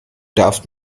darfst